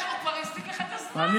דרך אגב, הוא כבר הפסיק לך את הזמן.